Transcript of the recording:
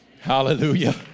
Hallelujah